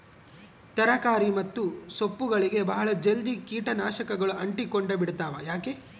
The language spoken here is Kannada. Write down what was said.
ತರಕಾರಿ ಮತ್ತು ಸೊಪ್ಪುಗಳಗೆ ಬಹಳ ಜಲ್ದಿ ಕೇಟ ನಾಶಕಗಳು ಅಂಟಿಕೊಂಡ ಬಿಡ್ತವಾ ಯಾಕೆ?